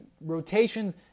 rotations